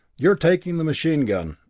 you're taking the machine gun,